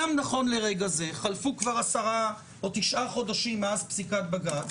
גם נכון לרגע זה חלפו כבר עשרה או תשעה חודשים מאז פסיקת בג"ץ